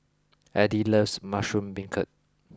Edith loves Mushroom Beancurd